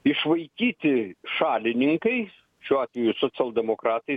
išvaikyti šalininkais šiuo atveju socialdemokratai